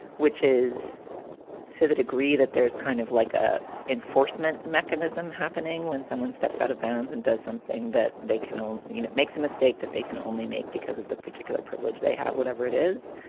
which is to the degree that there is kind of like a enforcement mechanism happening when someone steps out of bounds and does something that they can own, you know, it makes a mistake that they can only make because of the particular privilege they have, whatever it is,